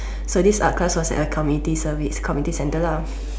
so this art class was at a community service community center lah something